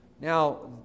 Now